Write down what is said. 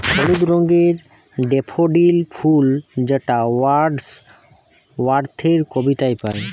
হলুদ রঙের ডেফোডিল ফুল যেটা ওয়ার্ডস ওয়ার্থের কবিতায় পাই